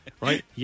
Right